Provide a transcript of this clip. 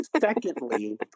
Secondly